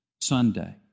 Sunday